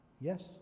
Yes